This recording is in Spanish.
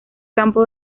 campo